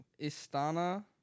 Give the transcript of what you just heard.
Istana